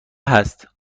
هست